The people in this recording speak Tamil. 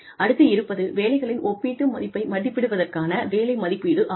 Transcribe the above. அடுத்து இருப்பது வேலைகளின் ஒப்பீட்டு மதிப்பை மதிப்பிடுவதற்கான வேலை மதிப்பீடு ஆகும்